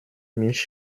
mich